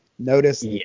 notice